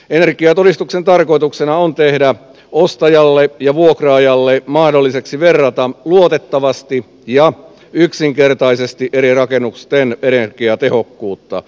energiatodistuksen tarkoituksena on tehdä ostajalle ja vuokraajalle mahdolliseksi verrata luotettavasti ja yksinkertaisesti eri rakennusten energiatehokkuutta